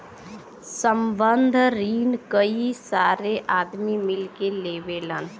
संबंद्ध रिन कई सारे आदमी मिल के लेवलन